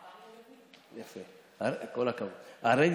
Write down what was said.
אנחנו יודעים.